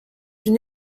une